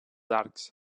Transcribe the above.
arcs